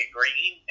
Green